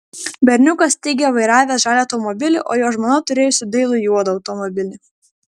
berniukas teigė vairavęs žalią automobilį o jo žmona turėjusi dailų juodą automobilį